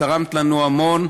תרמת לנו המון.